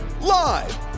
Live